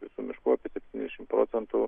visų miškų apie setyniasdešimt procentų